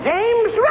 James